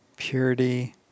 Purity